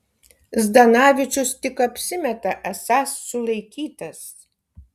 zdanavičius tik apsimeta esąs sulaikytas